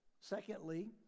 Secondly